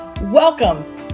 welcome